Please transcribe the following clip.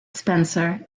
spencer